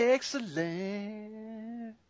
Excellent